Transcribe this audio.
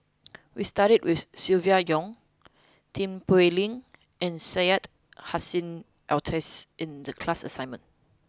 we studied about Silvia Yong Tin Pei Ling and Syed Hussein Alatas in the class assignment